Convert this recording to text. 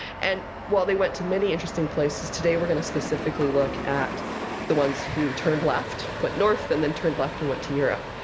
and while they went to many interesting places, today we're going to specifically look at the ones who turned left, went north, and then turned left and went to europe.